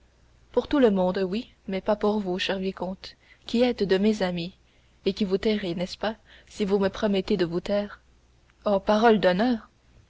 pour tout le monde oui mais pas pour vous cher vicomte qui êtes de mes amis et qui vous tairez n'est-ce pas si vous me promettez de vous taire oh parole d'honneur